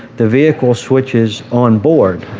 the vehicle switches on board.